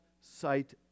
sight